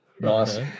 nice